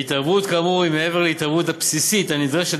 התערבות כאמור היא מעבר להתערבות הבסיסית הנדרשת